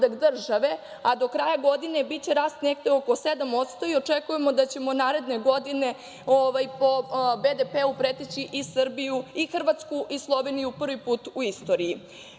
a do kraja godine biće rast negde oko 7% i očekujemo da ćemo naredne godine po BDP-u preteći i Hrvatsku i Sloveniju prvi put u istoriji. Dok